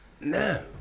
No